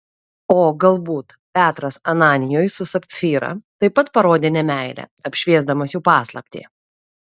o galbūt petras ananijui su sapfyra taip pat parodė nemeilę apšviesdamas jų paslaptį